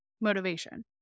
motivation